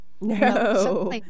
No